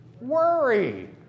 Worry